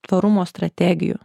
tvarumo strategijų